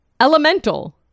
Elemental